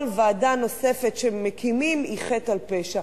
כל ועדה נוספת שמקימים היא חטא על פשע,